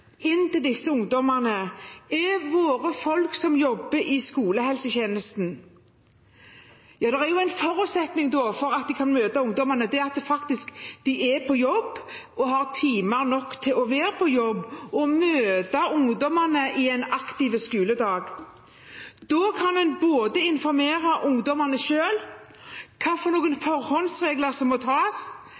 inn til disse ungdommene, er våre folk som jobber i skolehelsetjenesten. Det er en forutsetning for at de kan møte ungdommene, nemlig at de er på jobb og har timer nok til å være på jobb og møte ungdommene i en aktiv skoledag. Da kan en informere ungdommene selv om hvilke forholdsregler som må tas,